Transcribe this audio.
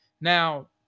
now